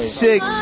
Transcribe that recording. six